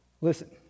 Listen